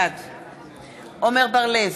בעד עמר בר-לב,